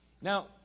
Now